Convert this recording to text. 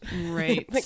Right